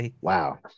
wow